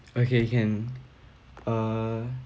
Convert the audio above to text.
okay can uh